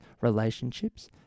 relationships